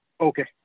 Okay